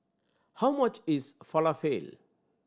how much is Falafel